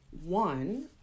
One